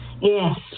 yes